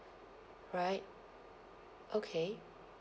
right okay